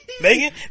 Megan